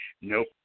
nope